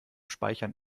speichern